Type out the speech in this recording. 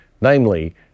Namely